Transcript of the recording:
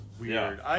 weird